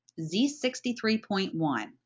Z63.1